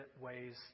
ways